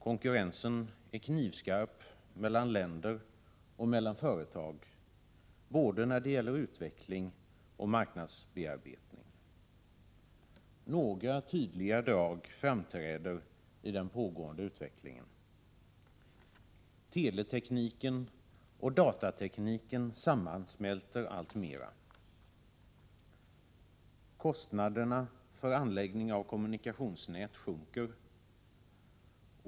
Konkurrensen är knivskarp mellan länder och mellan företag när det gäller både utveckling och marknadsbearbetning. Några tydliga drag framträder i den pågående utvecklingen. Teleteknik och datateknik sammansmälter alltmer. Kostnaderna för anläggning av kommunikationsnät sjunker.